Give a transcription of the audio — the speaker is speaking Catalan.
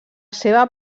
seva